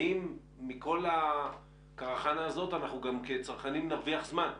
האם מכל הקרחנה הזאת אנחנו כצרכנים נרוויח זמן בסוף,